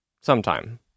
sometime